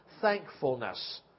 thankfulness